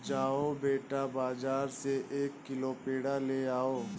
जाओ बेटा, बाजार से एक किलो पेड़ा ले आओ